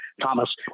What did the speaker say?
Thomas